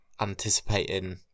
anticipating